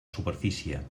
superfície